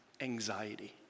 Anxiety